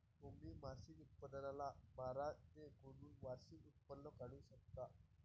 तुम्ही मासिक उत्पन्नाला बारा ने गुणून वार्षिक उत्पन्न काढू शकता